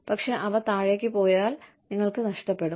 പക്ഷേ അവ താഴേക്ക് പോയാൽ നിങ്ങൾക്ക് നഷ്ടപ്പെടും